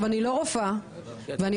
שעשיתם השחרה לחוק יסוד: כבוד האדם ומי